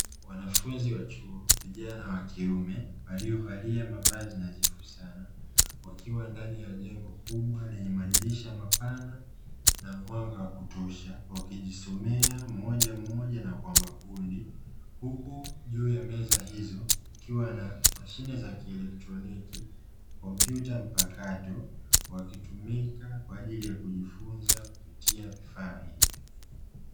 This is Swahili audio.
Wanafunzi wa chuo, vijana wa kiume waliovalia mavazi nadhifu sana wakiwa ndani ya jengo kubwa lenye madirisha mapana na mwanga wa kutosha, wakijisomea mmoja mmoja na kwa makundi huku juu ya meza hizo kukiwa na mashine za kielectroniki, kompyuta mpakato wakitumika kwa ajili ya kujifunza kupitia vifaa hivyo.